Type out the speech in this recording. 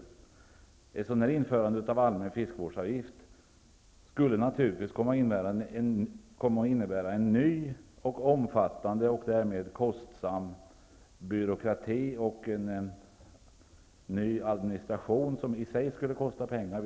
Ett införande av en allmän fiskevårdsavgift skulle naturligtvis komma att innebära en omfattande och därmed kostsam byråkrati och en ny administration. Den skulle kosta pengar i sig.